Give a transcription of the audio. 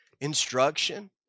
instruction